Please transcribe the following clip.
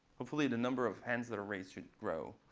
hopefully the number of hands that are raised should grow.